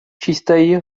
čistej